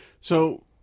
So-